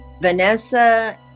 Vanessa